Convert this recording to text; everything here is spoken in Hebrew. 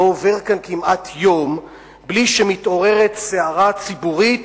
הרי לא עובר כאן כמעט יום בלי שמתעוררת סערה ציבורית